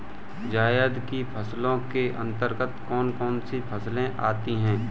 जायद की फसलों के अंतर्गत कौन कौन सी फसलें आती हैं?